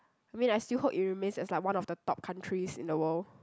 I mean I still hope it remains as like one of the top countries in the world